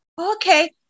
okay